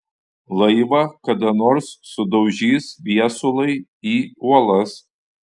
laivą kada nors sudaužys viesulai į uolas